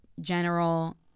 general